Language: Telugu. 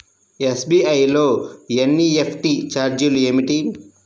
ఎస్.బీ.ఐ లో ఎన్.ఈ.ఎఫ్.టీ ఛార్జీలు ఏమిటి?